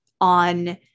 on